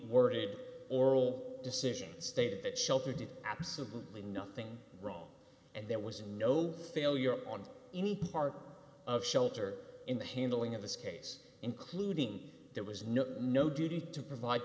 worded oral decisions stated that shelby did absolutely nothing wrong and there was no failure on any part of shelter in the handling of this case including there was no no duty to provide